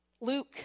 Luke